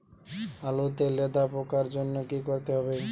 আলুতে লেদা পোকার জন্য কি করতে হবে?